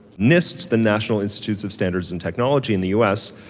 nist, the national institute of standards and technology in the us,